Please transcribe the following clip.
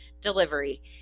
delivery